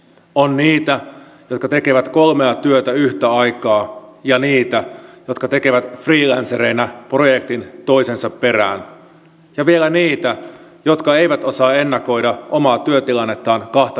on niitä jotka tekevät kolmea työtä yhtä aikaa ja niitä jotka tekevät freelancereina projektin toisensa jälkeen ja vielä niitä jotka eivät osaa ennakoida omaa työtilannettaan kahta viikkoa pidemmälle